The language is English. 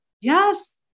Yes